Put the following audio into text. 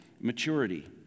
maturity